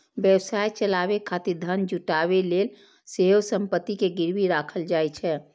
व्यवसाय चलाबै खातिर धन जुटाबै लेल सेहो संपत्ति कें गिरवी राखल जाइ छै